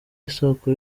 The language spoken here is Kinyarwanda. isoko